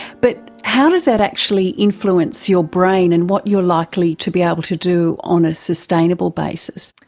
but how does that actually influence your brain and what you're likely to be able to do on a sustainable basis?